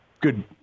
good